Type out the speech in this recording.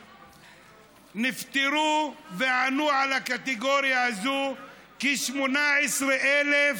נפטרו וענו על הקטגוריה הזאת כ-18,000 נכים.